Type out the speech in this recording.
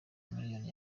miliyoni